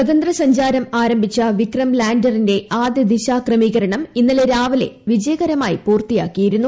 സ്വതന്ത്ര സഞ്ചാരം ആരംഭിച്ച വിക്രം ലാൻഡറിന്റെ ആദ്യ ദിശാക്രമീകരണം ഇന്നലെ രാവിലെ വിജയകരമായി പൂർത്തിയാക്കിയിരുന്നു